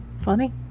funny